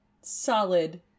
Solid